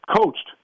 coached